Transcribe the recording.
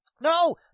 No